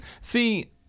See